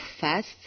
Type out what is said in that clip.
fast